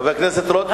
חבר הכנסת רותם.